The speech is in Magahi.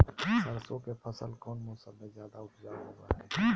सरसों के फसल कौन मौसम में ज्यादा उपजाऊ होबो हय?